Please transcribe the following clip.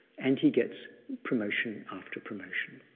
and he gets promotion after promotion.